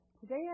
today